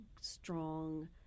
strong